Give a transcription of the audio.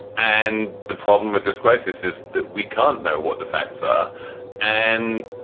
and the problem with this crisis is that we can't know what the facts are and.